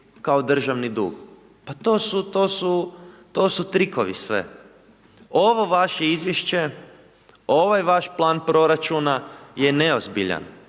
kao državni dug. Pa to su, to su trikovi sve. Ovo vaše Izvješće, ovaj vaš plan proračuna je neozbiljan